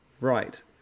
right